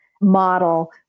model